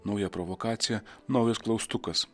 nauja provokacija naujas klaustukas